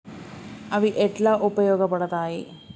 అవి ఎట్లా ఉపయోగ పడతాయి?